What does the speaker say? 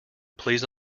please